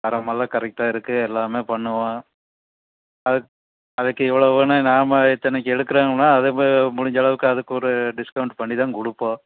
தரமெல்லாம் கரெக்டா இருக்கும் எல்லாமே பண்ணுவோம் அது அதுக்கு இவ்வளவுன்னு நாம் இத்தனைக்கு எடுக்கிறாங்கன்னா அது முடிஞ்சளவுக்கு அதுக்கு ஒரு டிஸ்கவுண்ட் பண்ணிதான் கொடுப்போம்